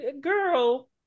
girl